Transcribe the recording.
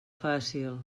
fàcil